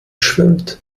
schwimmt